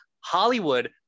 Hollywood